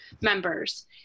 members